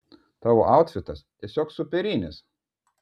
tavo autfitas tiesiog superinis